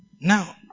Now